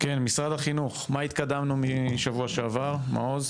משרד החינוך, מה התקדמנו משבוע שעבר, מעוז?